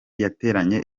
yateranye